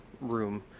room